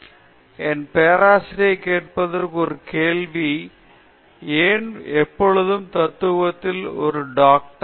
மகேஷ் பாலன் என் பேராசிரியரைக் கேட்பதற்கு ஒரு கேள்வி ஏன் எப்பொழுதும் தத்துவத்தில் ஒரு டாக்டர்